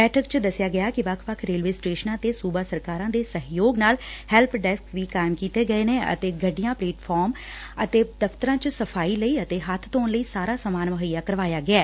ਬੈਠਕ ਚ ਦਸਿਆ ਗਿਆ ਕਿ ਵੱਖ ਵੱਖ ਰੇਲਵੇ ਸਟੇਸ਼ਨਾਂ ਤੇ ਸੂਬਾ ਸਰਕਾਰਾਂ ਦੇ ਸਹਿਯੋਗ ਨਾਲ ਹੈਲਪ ਡੈਸਕ ਵੀ ਕਾਇਮ ਕੀਤੇ ਗਏ ਨੇ ਅਤੇ ਗੱਡੀਆਂ ਪਟੇਲ ਫਾਰਮ ਅਤੇ ਦਫ਼ਤਰਾਂ ਚ ਸਫ਼ਾਈ ਲਈ ਅਤੇ ਹੱਥ ਧੌਣ ਲਈ ਸਾਰਾ ਸਮਾਨ ਮੁੱਹਈਆ ਕਰਵਾਇਆ ਗਿਐ